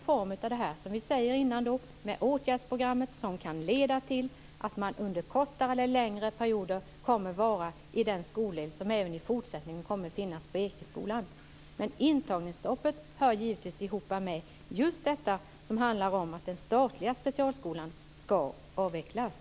Det gäller då, som vi sagt, det åtgärdsprogram som kan leda till att man under kortare eller längre perioder kommer att vara i den skoldel som även i fortsättningen kommer att finnas på Ekeskolan. Intagningsstoppet hör givetvis samman med just det som handlar om att den statliga specialskolan ska avvecklas.